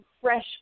fresh